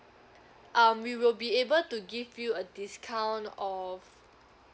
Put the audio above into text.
um we will be able to give you a discount of